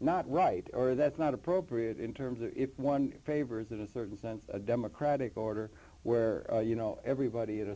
not right or that's not appropriate in terms of one favors a certain sense of democratic order where you know everybody at a